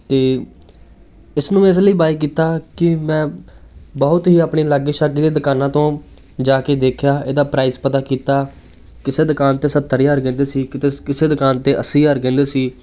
ਅਤੇ ਇਸ ਨੂੰ ਮੈਂ ਇਸ ਲਈ ਬਾਏ ਕੀਤਾ ਕਿ ਮੈਂ ਬਹੁਤ ਹੀ ਆਪਣੇ ਲਾਗੇ ਸ਼ਾਗੇ ਦੀਆਂ ਦੁਕਾਨਾਂ ਤੋਂ ਜਾ ਕੇ ਦੇਖਿਆ ਇਹਦਾ ਪ੍ਰਾਈਜ਼ ਪਤਾ ਕੀਤਾ ਕਿਸੇ ਦੁਕਾਨ 'ਤੇ ਸੱਤਰ ਹਜ਼ਾਰ ਕਹਿੰਦੇ ਸੀ ਕਿਤੇ ਕਿਸੇ ਦੁਕਾਨ 'ਤੇ ਅੱਸੀ ਹਜ਼ਾਰ ਕਹਿੰਦੇ ਸੀ